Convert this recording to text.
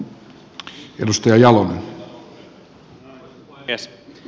arvoisa puhemies